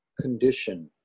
condition